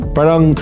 Parang